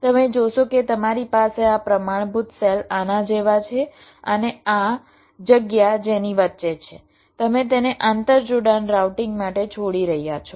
તમે જોશો કે તમારી પાસે આ પ્રમાણભૂત સેલ આના જેવા છે અને આ જગ્યા જેની વચ્ચે છે તમે તેને આંતરજોડાણ રાઉટિંગ માટે છોડી રહ્યા છો